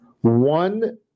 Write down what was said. One